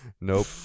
Nope